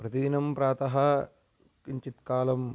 प्रतिदिनं प्रातः किञ्चित् कालं